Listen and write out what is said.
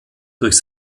durch